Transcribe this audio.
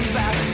back